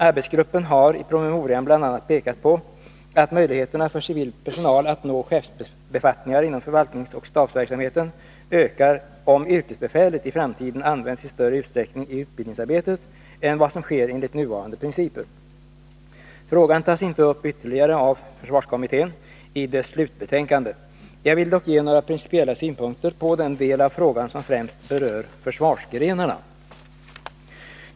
Arbetsgruppen har i promemorian bl.a. pekat på att möjligheterna för civil personal att nå chefsbefattningar inom förvaltningsoch stabsverksamheten ökar om yrkesbefälet i framtiden används i större utsträckning i utbildningsarbetet än vad som sker enligt nuvarande principer. Frågan tas inte upp ytterligare av försvarskommittén i dess slutbetänkande. Jag vill dock ge några principiella synpunkter på den del av frågan som främst berör försvarsgrenarna.